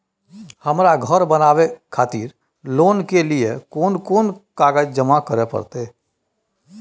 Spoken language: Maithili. हमरा धर बनावे खातिर लोन के लिए कोन कौन कागज जमा करे परतै?